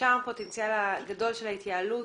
שם הפוטנציאל הגדול של ההתייעלות.